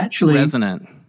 resonant